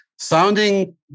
sounding